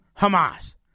Hamas